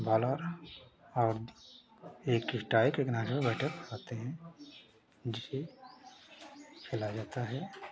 bowler और एक strike में करते हैं जिसे खेला जाता है